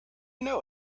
know